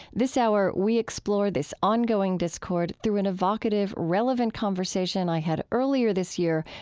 this hour, we explore this on going discord through an evocative, relative and conversation i had earlier this year,